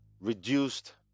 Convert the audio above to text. reduced